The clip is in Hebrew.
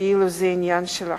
כאילו זה עניין שלהם,